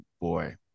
boy